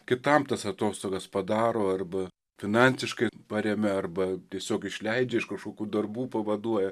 kitam tas atostogas padaro arba finansiškai paremia arba tiesiog išleidžia iš kažkokių darbų pavaduoja